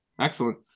Excellent